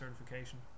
certification